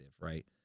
right